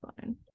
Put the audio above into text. fine